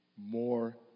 More